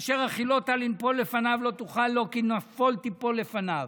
"אשר החלות לנפל לפניו לא תוכל לו כי נפול תפול לפניו".